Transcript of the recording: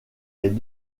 est